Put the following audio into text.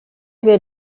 wir